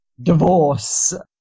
divorce